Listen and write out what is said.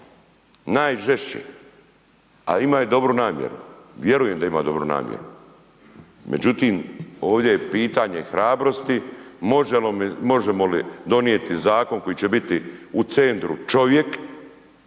najžešće a imao je dobru namjeru, vjerujem da je imao dobru namjeru. Međutim, ovdje je pitanje hrabrosti možemo li donijeti zakon koji će biti u centru čovjek